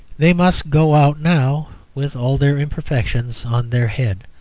they must go out now, with all their imperfections on their head,